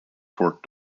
port